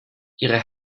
ihre